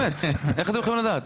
לא באמת, איך אתם יכולים לדעת?